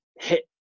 hit